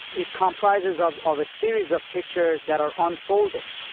it comprises of of a series of pictures that are unfolding.